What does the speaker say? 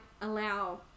allow